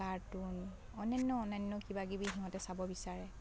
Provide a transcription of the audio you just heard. cartoon অন্যান্য অন্যান্য কিবা কিবি সিহঁতে চাব বিচাৰে